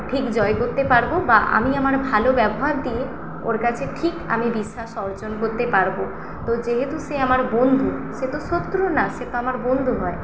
ঠিক জয় করতে পারবো বা আমি আমার ভালো ব্যবহার দিয়ে ওর কাছে ঠিক আমি বিশ্বাস অর্জন করতে পারবো তো যেহেতু সে আমার বন্ধু সে তো শত্রু না সে তো আমার বন্ধু হয়